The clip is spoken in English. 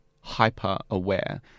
hyper-aware